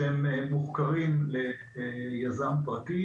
שהם מוחכרים ליזם פרטי